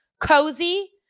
cozy